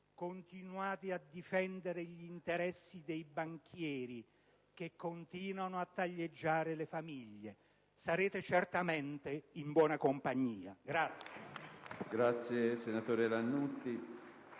continuate a difendere gli interessi dei banchieri che continuano a taglieggiare le famiglie. Sarete certamente in buona compagnia.